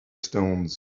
stones